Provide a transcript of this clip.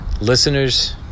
listeners